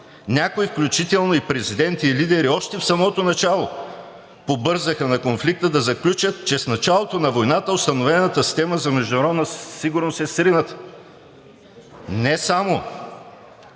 Някои, включително президенти, лидери побързаха още в самото начало на конфликта да заключат, че с началото на войната установената система за международна сигурност е срината. Не сме